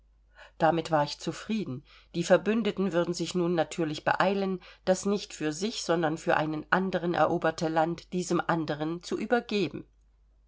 damit war ich zufrieden die verbündeten würden sich nun natürlich beeilen das nicht für sich sondern für einen anderen eroberte land diesem anderen zu übergeben